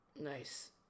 Nice